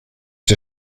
der